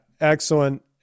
excellent